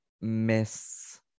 miss